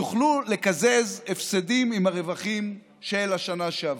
יוכלו לקזז הפסדים עם הרווחים של השנה שעברה.